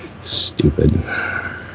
stupid